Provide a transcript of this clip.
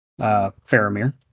Faramir